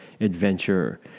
adventure